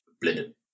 blended